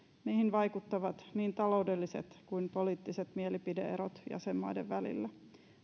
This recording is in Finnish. niihin vaikuttavat niin taloudelliset kuin poliittiset mielipide erot jäsenmaiden välillä